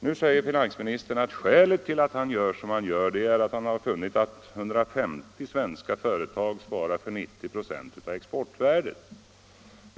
Nu säger finansministern att skälet till att han gör som han gör är att han funnit, att 150 svenska företag svarar för 90 96 av exportvärdet.